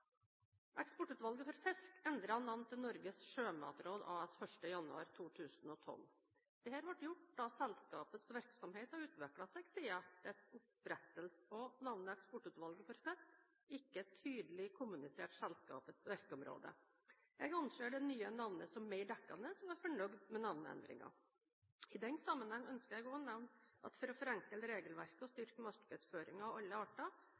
Eksportutvalget for fisk endret navn til Norges sjømatråd AS den 1. januar 2012. Dette ble gjort fordi selskapets virksomhet har utviklet seg siden dets opprettelse og navnet Eksportutvalget for fisk ikke tydelig kommuniserte selskapets virkeområde. Jeg anser det nye navnet som mer dekkende og er fornøyd med navneendringen. I den sammenheng ønsker jeg også å nevne at for å forenkle regelverket og styrke markedsføringen av alle arter